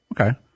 Okay